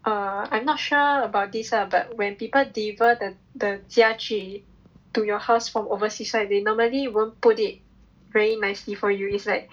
uh I'm not sure about this ah but when people deliver the the 家具 to your house from overseas like they normally won't put it very nicely for you it's like